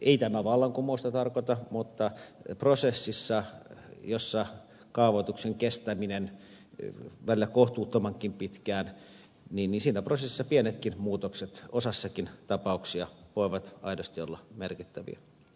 ei tämä vallankumousta tarkoita mutta prosessissa jossa kaavoitus kestää välillä kohtuuttomankin pitkään pienetkin muutokset osassakin tapauksia voivat aidosti olla merkittäviä